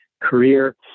career